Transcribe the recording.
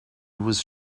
was